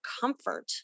comfort